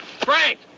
Frank